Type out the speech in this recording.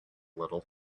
little